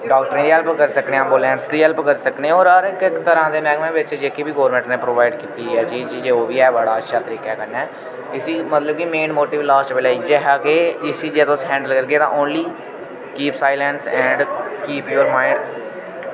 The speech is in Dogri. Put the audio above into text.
डाक्टरें दी हेल्प करी सकने एम्बुलेंस दी हेल्प करी सकने होर हर इक इक तरह दे मैह्कमें बिच्च जेह्की बी गोरमैंट नै प्रोवाइड कीती ऐ चीज ओह् बी ऐ बड़ा अच्छे तरीके कन्नै इसी मतलब कि मेन मोटिव लास्ट बेल्लै इ'यै हा के इस चीजै तुस हैंडल करगे तां only keep silence and keep your mind